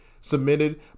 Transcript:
submitted